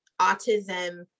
autism